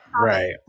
right